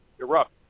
erupt